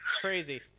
crazy